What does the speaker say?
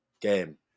game